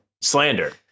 slander